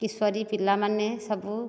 କିଶୋରୀ ପିଲାମାନେ ସବୁ